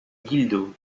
guildo